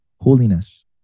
holiness